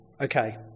Okay